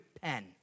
pen